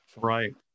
Right